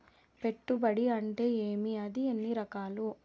పెట్టుబడి అంటే ఏమి అది ఎన్ని రకాలు